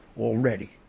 already